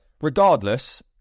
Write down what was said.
regardless